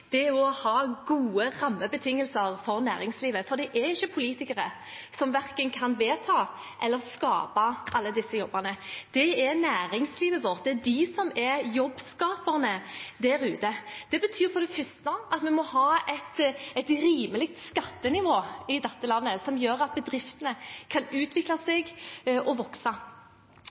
å ha gode rammebetingelser for næringslivet, for det er ikke politikere som kan vedta eller skape alle disse jobbene. Det er næringslivet vårt. Det er de som er jobbskaperne der ute. Det betyr for det første at vi i dette landet må ha et rimelig skattenivå, som gjør at bedriftene kan utvikle seg og vokse.